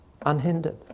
unhindered